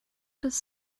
does